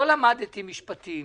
לא למדתי משפטים,